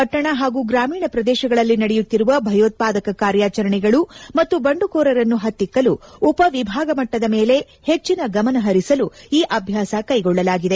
ಪಟ್ಟಣ ಹಾಗೂ ಗ್ರಾಮೀಣ ಪ್ರದೇಶಗಳಲ್ಲಿ ನಡೆಯುತ್ತಿರುವ ಭಯೋತ್ಪಾದಕ ಕಾರ್ಯಾಚರಣೆಗಳು ಮತ್ತು ಬಂಡುಕೋರರನ್ನು ಪತ್ತಿಕ್ಕಲು ಉಪ ವಿಭಾಗ ಮಟ್ಟದ ಮೇಲೆ ಹೆಚ್ಚಿನ ಗಮನ ಹರಿಸಲು ಈ ಅಭ್ಯಾಸ ಕ್ಲೆಗೊಳ್ಳಲಾಗಿದೆ